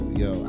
yo